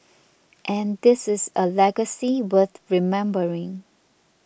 and this is a legacy worth remembering